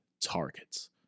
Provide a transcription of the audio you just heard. targets